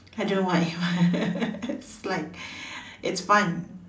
I don't know why it's like it's fun